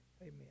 Amen